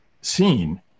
seen